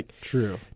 True